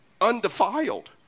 undefiled